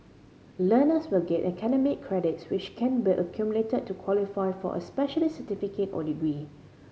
learners will get academic credits which can be accumulated to qualify for a specialist certificate or degree